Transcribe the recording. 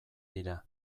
dira